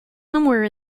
somewhere